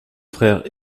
frère